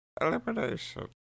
elimination